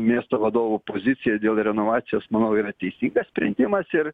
miesto vadovų pozicija dėl renovacijos manau yra teisingas sprendimas ir